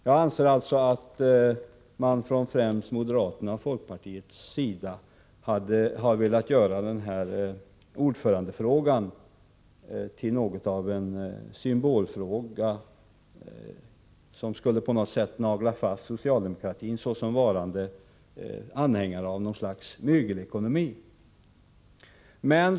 Jag anser alltså att man främst från moderata samlingspartiets och folkpartiets sida har velat göra ordförandefrågan till något av en symbolfråga; man vill på något sätt försöka nagla fast socialdemokratin såsom varande anhängare av något slags mygelekonomi.